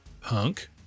punk